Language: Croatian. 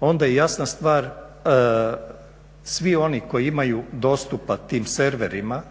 onda je jasna stvar svi oni koji imaju dostupa tim serverima